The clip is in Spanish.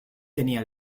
tenía